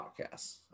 podcasts